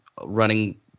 running